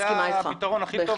זה הפתרון הכי טוב.